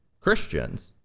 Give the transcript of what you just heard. Christians